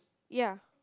ya